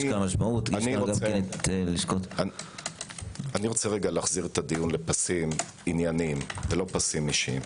אני רוצה להחזיר את הדיון לפסים ענייניים ולא פסים אישיים.